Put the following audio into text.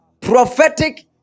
prophetic